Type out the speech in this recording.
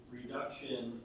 reduction